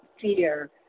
fear